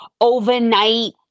overnight